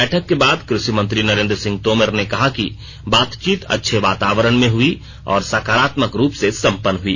बैठक के बाद कृषि मंत्री नरेन्द्र सिंह तोमर ने कहा कि बातचीत अच्छे वातावरण में हुई और सकारात्मक रूप से संपन्न हुई